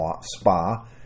spa